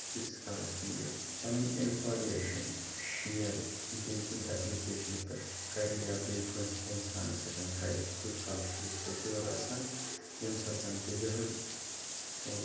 ییٖتِس کالَس نہٕ یہِ پَنٕنۍ اِنفارمیشَن شِیَر بیٚیہِ کُنہِ اٮ۪پلِکیشنہِ پٮ۪ٹھ کَرِ یا بیٚیہِ کٲنٛسہِ اِنسانَس سۭتۍ کَرِ تیُت کال چھِ یہِ سیٚکیور آسان ییٚمہِ ساتہٕ زَن تہِ یِہوٚے